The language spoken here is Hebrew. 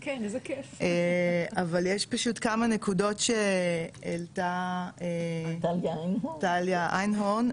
אבל יש פשוט כמה נקודות שהעלתה טליה איינהורן,